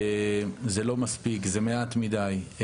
זה לא מספיק, זה מעט מידי.